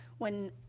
when,